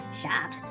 shop